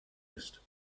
ist